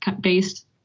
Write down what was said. based